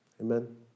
Amen